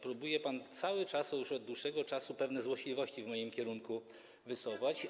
Próbuje pan cały czas, już od dłuższego czasu, pewne złośliwości w moim kierunku wysuwać.